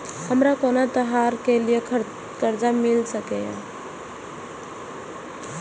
हमारा कोनो त्योहार के लिए कर्जा मिल सकीये?